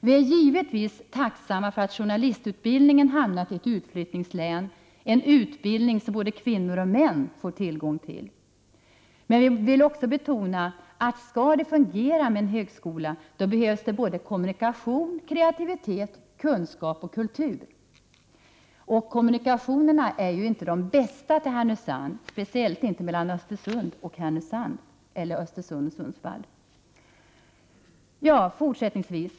Vi är givetvis tacksamma för att journalistutbildningen hamnat i ett utflyttningslän, en utbildning som både kvinnor och män får tillgång till. Men vi vill också betona att om det skall fungera med en högskola, behövs såväl kommunikation och kreativitet som kunskap och kultur. Kommunikationerna är ju inte de bästa när det gäller Härnösand, speciellt inte mellan Östersund och Härnösand eller mellan Östersund och Sundsvall.